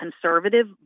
conservative